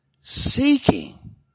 Seeking